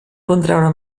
contraure